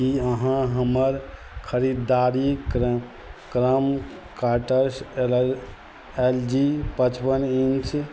कि अहाँ हमर खरिदारी क्रम क्रम कार्टसँ एल एल जी पचपन इन्च